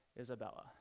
Isabella